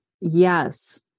yes